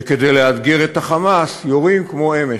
שכדי לאתגר את ה"חמאס" יורים, כמו אמש.